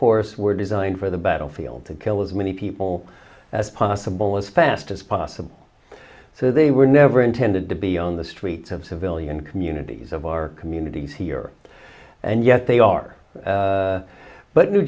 course were designed for the battlefield to kill as many people as possible as fast as possible so they were never intended to be on the streets of civilian communities of our communities here and yet they are but new